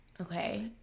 Okay